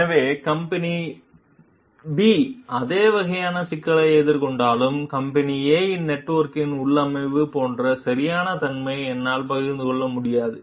எனவே company B அதே வகையான சிக்கலை எதிர்கொண்டாலும் கம்பெனி A இன் நெட்வொர்க்கின் உள்ளமைவு போன்ற சரியான தன்மையை என்னால் பகிர்ந்து கொள்ள முடியாது